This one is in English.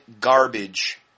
garbage